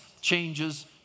changes